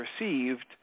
received